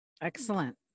Excellent